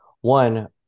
one